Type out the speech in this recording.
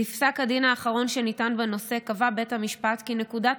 בפסק הדין האחרון שניתן בנושא קבע בית המשפט כי נקודת